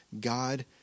God